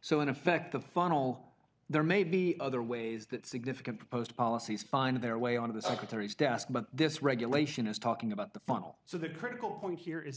so in effect the funnel there may be other ways that significant proposed policies find their way onto the secretary's desk but this regulation is talking about the funnel so the critical point here is